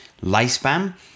lifespan